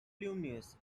luminous